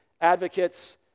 advocates